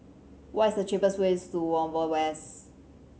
what is the cheapest way to Whampoa West